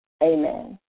Amen